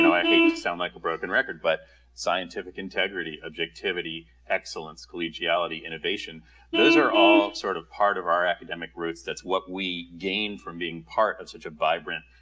and i hate to sound like a broken record, but scientific integrity, objective, excellence, collegiality, innovation those are all sort of part of our academic roots. that's what we gain from being part of such a vibrant,